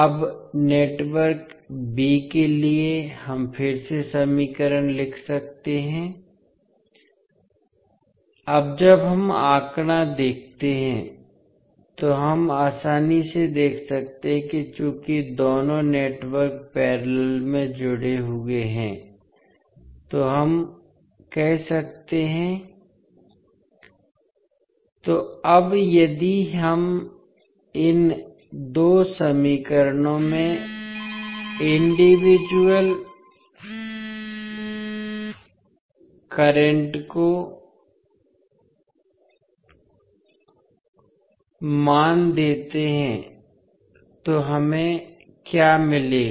अब network b के लिए हम फिर से समीकरण लिख सकते हैं अब जब हम आंकड़ा देखते हैं तो हम आसानी से देख सकते हैं कि चूंकि दोनों नेटवर्क पैरेलल में जुड़े हुए हैं तो हम कह सकते हैं तो अब यदि हम इन 2 समीकरणों में इंडिविजुअल करंट को मान देते हैं तो हमें क्या मिलेगा